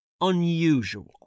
unusual